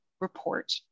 report